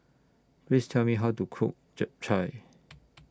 Please Tell Me How to Cook Japchae